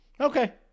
Okay